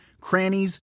crannies